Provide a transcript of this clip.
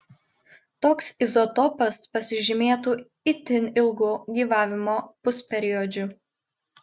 toks izotopas pasižymėtų itin ilgu gyvavimo pusperiodžiu